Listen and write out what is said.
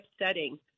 upsetting